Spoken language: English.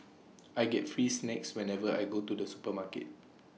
I get free snacks whenever I go to the supermarket